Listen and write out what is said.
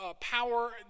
power